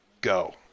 go